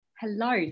Hello